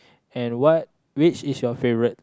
and what which is your favourite